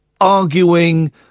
arguing